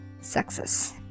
success